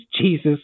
Jesus